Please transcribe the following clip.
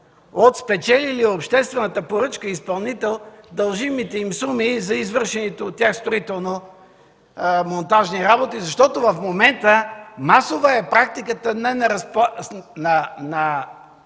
от спечелилия обществената поръчка изпълнител дължимите им суми за извършените от тях строително-монтажни работи, защото в момента е масова практиката на